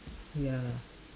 ya